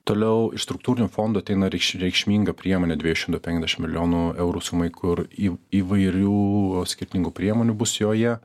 toliau iš struktūrinių fondų ateina reikš reikšminga priemonė dviejų šimtų penkiasdešim milijonų eurų sumai kur įv įvairių skirtingų priemonių bus joje